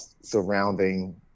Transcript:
surrounding